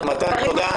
מתן, תודה.